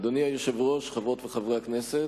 אדוני היושב-ראש, חברות וחברי הכנסת,